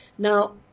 Now